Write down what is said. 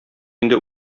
инде